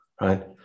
right